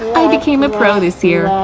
i became a pro this year! oh,